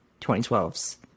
2012's